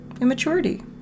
immaturity